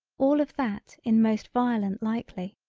all of that in most violent likely.